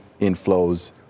inflows